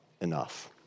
enough